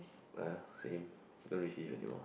uh same don't receive anymore